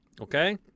okay